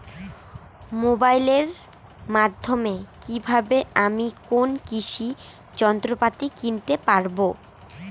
মোবাইলের মাধ্যমে কীভাবে আমি কোনো কৃষি যন্ত্রপাতি কিনতে পারবো?